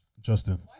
Justin